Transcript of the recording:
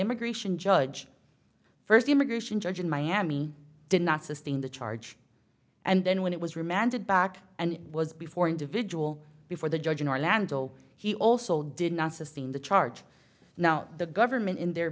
immigration judge first immigration judge in miami did not sustain the charge and then when it was remanded back and it was before individual before the judge in orlando he also did not sustain the charge now the government in their